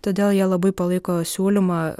todėl jie labai palaiko siūlymą